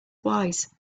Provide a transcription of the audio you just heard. wise